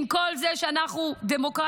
עם כל זה שאנחנו דמוקרטיה,